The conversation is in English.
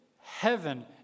heaven